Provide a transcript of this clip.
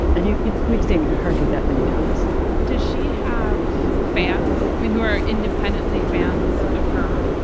and you know we've seen her do that many times does she have fans? i mean, who are independently fans of her?